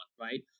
right